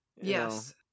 Yes